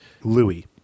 Louis